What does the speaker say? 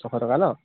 ছশ টকা ন